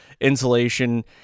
insulation